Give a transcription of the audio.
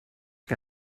que